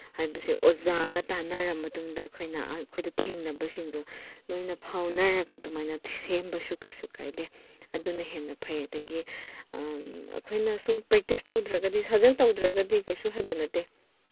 ꯍꯥꯏꯕꯁꯦ ꯑꯣꯖꯥꯒ ꯇꯥꯟꯅꯔ ꯃꯇꯨꯡꯗ ꯑꯩꯈꯣꯏꯅ ꯑꯩꯈꯣꯏꯗ ꯊꯦꯡꯅꯕꯁꯤꯡꯗꯨ ꯂꯣꯏꯅ ꯐꯥꯎꯅꯔꯒ ꯑꯗꯨꯃꯥꯏꯅ ꯁꯦꯝꯕꯁꯨ ꯀꯩꯁꯨ ꯀꯥꯏꯗꯦ ꯑꯗꯨꯅ ꯍꯦꯟꯅ ꯐꯩ ꯑꯗꯒꯤ ꯑꯩꯈꯣꯏꯅ ꯁꯨꯝ ꯄ꯭ꯔꯦꯛꯇꯤꯁ ꯇꯧꯗ꯭ꯔꯒꯗꯤ ꯁꯥꯖꯦꯜ ꯇꯧꯗ꯭ꯔꯒꯗꯤ ꯀꯩꯁꯨ ꯍꯩꯕ ꯅꯠꯇꯦ